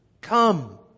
Come